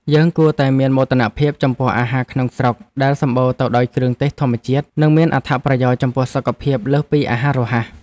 យើងគួរតែមានមោទនភាពចំពោះអាហារក្នុងស្រុកដែលសម្បូរទៅដោយគ្រឿងទេសធម្មជាតិ និងមានអត្ថប្រយោជន៍ចំពោះសុខភាពលើសពីអាហាររហ័ស។